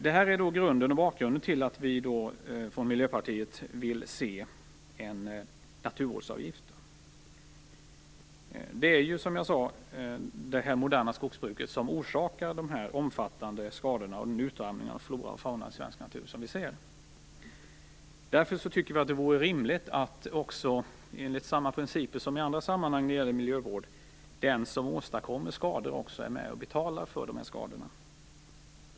Detta är grunden och bakgrunden till att vi från Miljöpartiet vill se en naturvårdsavgift. Det är ju, som jag sade, det moderna skogsbruket som orsakar de omfattande skadorna och utarmningen av flora och fauna i svensk natur. Därför tycker vi att det, enligt samma principer som i andra miljövårdssammanhang, vore rimligt att den som åstadkommer skadorna också är med och betalar för dem.